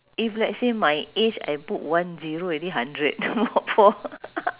if let's say my age I put one zero already hundred